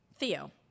Theo